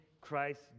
Christ